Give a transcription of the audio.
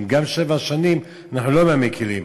גם שבע שנים, אנחנו לא מהמקילים.